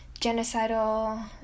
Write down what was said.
genocidal